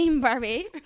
Barbie